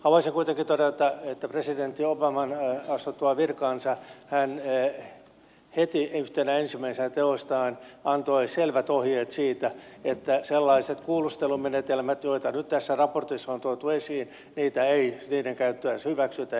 haluaisin kuitenkin todeta että presidentti obama astuttuaan virkaansa heti yhtenä ensimmäisenä teoistaan antoi selvät ohjeet siitä että sellaisten kuulustelumenetelmien joita nyt tässä raportissa on tuotu esiin käyttöä ei niitä käyttäisivät sitä